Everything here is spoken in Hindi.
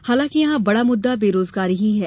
हालांकि यहां बड़ा मुद्दा बेरोजगारी ही है